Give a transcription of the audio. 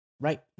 Right